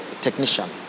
technician